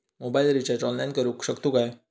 Mobile recharge online करुक शकतू काय?